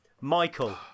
Michael